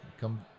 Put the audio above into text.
come